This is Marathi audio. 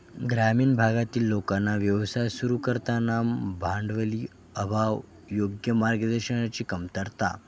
ग्रामीण भागातील लोकांना व्यवसाय सुरू करताना भांडवली अभाव योग्य मार्गदर्शनाची कमतरता